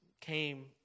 came